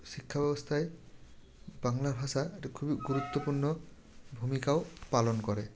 শিক্ষা ব্যবস্থায় বাংলা ভাষা একটা খুবই গুরুত্বপূর্ণ ভূমিকাও পালন করে